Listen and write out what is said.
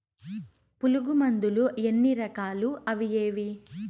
పులుగు మందులు ఎన్ని రకాలు అవి ఏవి?